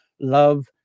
love